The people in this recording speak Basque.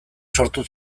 sortu